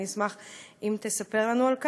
ואני אשמח אם תספר לנו על כך.